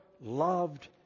loved